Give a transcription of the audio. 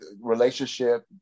relationship